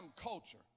culture